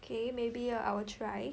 okay maybe I will try